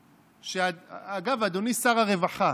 אגב, אדוני שר הרווחה,